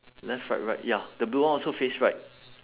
left right right ya the blue one also face right